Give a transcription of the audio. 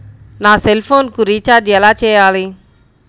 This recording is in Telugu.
నా సెల్ఫోన్కు రీచార్జ్ ఎలా చేయాలి?